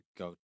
go